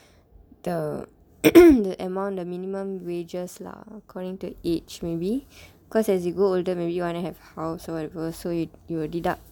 the the amount the minimum wages lah according to age maybe cause as you grow older maybe you wanna have house or whatever so you you will deduct